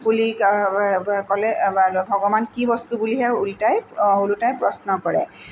বুলি ক'লে ভগৱান কি বস্তু বুলিহে উলটাই উলটাই প্ৰশ্ন কৰে